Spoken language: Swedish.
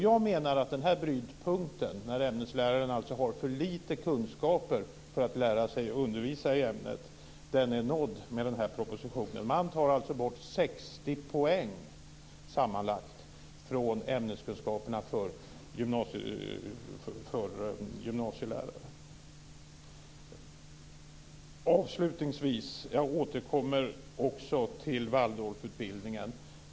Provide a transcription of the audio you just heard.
Jag menar att brytpunkten när ämnesläraren har för lite kunskaper för att lära sig att undervisa i ämnet är nådd med den här propositionen. Man tar bort sammanlagt 60 poäng från ämneskunskaperna för gymnasielärare. Avslutningsvis återkommer också jag till Waldorfutbildningen.